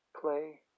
play